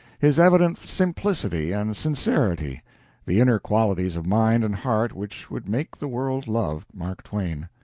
his evident simplicity and sincerity the inner qualities of mind and heart which would make the world love mark twain.